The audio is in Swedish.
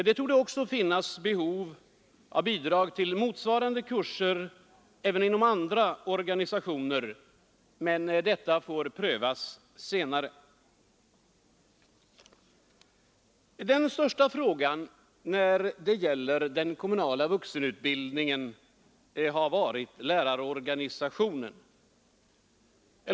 Det torde också finnas behov av bidrag till motsvarande kurser inom andra organisationer, men detta får prövas senare. Den största frågan när det gäller den kommunala vuxenutbildningen har varit lärarorganisationen.